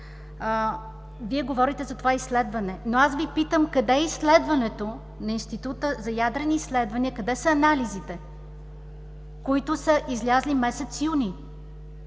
Вие говорите за това изследване. Но аз Ви питам: къде е изследването на Института за ядрени изследвания, къде са анализите, които са излезли месец юни?